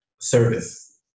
service